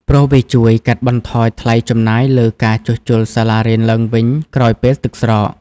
ព្រោះវាជួយកាត់បន្ថយថ្លៃចំណាយលើការជួសជុលសាលារៀនឡើងវិញក្រោយពេលទឹកស្រក។